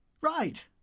right